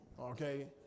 Okay